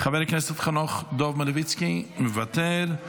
חבר הכנסת חנוך דב מלביצקי, מוותר,